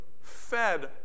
Fed